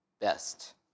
best